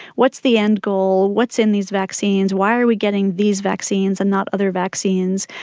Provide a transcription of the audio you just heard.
what's the end goal, what's in these vaccines, why are we getting these vaccines and not other vaccines?